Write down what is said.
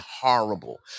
horrible